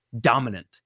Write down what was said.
dominant